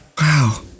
Wow